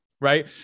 right